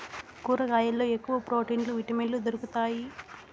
కూరగాయల్లో ఎక్కువ ప్రోటీన్లు విటమిన్లు దొరుకుతాయి